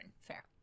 fair